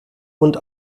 und